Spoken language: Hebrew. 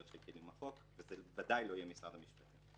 של קידום החוק וזה בוודאי לא יהיה משרד המשפטים.